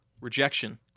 Rejection